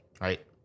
right